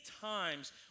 times